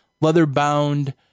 leather-bound